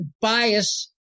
bias